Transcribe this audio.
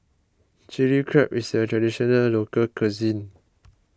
Chilli Crab is a Traditional Local Cuisine